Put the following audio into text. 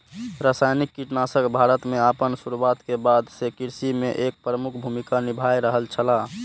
रासायनिक कीटनाशक भारत में आपन शुरुआत के बाद से कृषि में एक प्रमुख भूमिका निभाय रहल छला